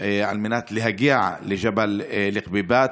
על מנת להגיע לג'בל אל-כביבאת.